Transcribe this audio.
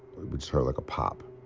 just heard, like, a pop.